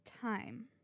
time